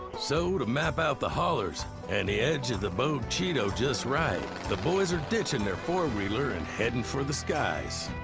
so, to map out the hollers and the edge of the bogue chitto just right, the boys are ditching their four-wheeler and heading for the skies.